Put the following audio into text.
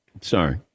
sorry